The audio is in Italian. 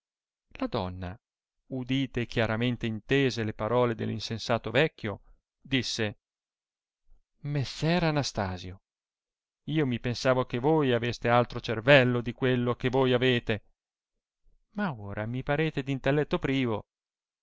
la donna udite e chiaramente intese le parole dell insensato vecchio disse messer anastasio io mi pensavo che voi aveste altro cervello di quello che voi avete ma ora mi parete d intelletto privo